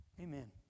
Amen